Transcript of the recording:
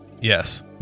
yes